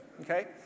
okay